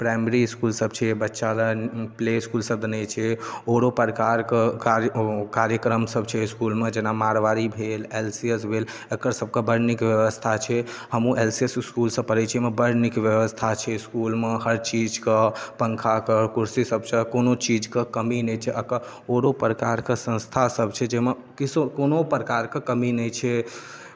primary इसकूलसभ छै बच्चा लेल प्ले इसकूलसभ देने छै आओरो प्रकारके कार्य ओ कार्यक्रमसभ छै इसकूलमे जेना मारवाड़ी भेल एल सी एस भेल एकर सभके बड़ नीक व्यवस्था छै हमहूँ एल सी एस इसकूलसँ पढ़ै छी ओहिमे बड़ नीक व्यवस्था छै इसकूलमे हर चीजके पङ्खाके कुर्सीसभ छै कोनो चीजके कमी नहि छै आओरो प्रकारके संस्थासभ छै जाहिमे कोनो प्रकारके कमी नहि छै